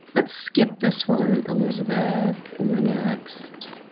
let's skip this one, elizabeth, and the next.